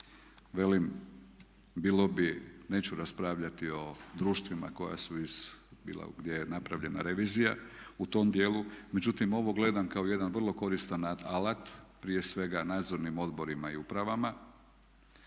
velim bilo bi, neću raspravljati o društvima koja su iz, gdje je napravljena revizija u tom dijelu. Međutim, ovo gledam kao jedan vrlo koristan alat prije svega nadzornim odborima i upravama.